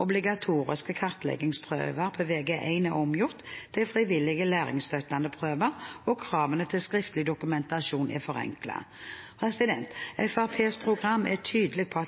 obligatoriske kartleggingsprøver på Vg1 er omgjort til frivillige læringsstøttende prøver, og kravene til skriftlig dokumentasjon er forenklet. Fremskrittspartiets program er tydelig på